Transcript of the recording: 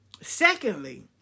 Secondly